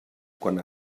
quan